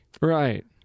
Right